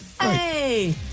Hey